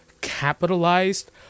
capitalized